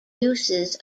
uses